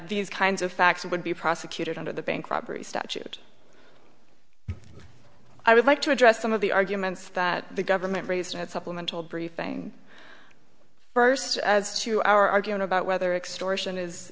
these kinds of facts would be prosecuted under the bank robbery statute i would like to address some of the arguments that the government raised in a supplemental briefing first to our arguing about whether extortion is